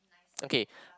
okay